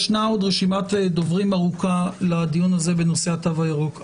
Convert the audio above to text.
יש עוד רשימת דוברים ארוכה לדיון הזה בנושא התו הירוק.